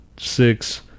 Six